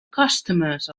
customers